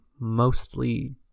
mostly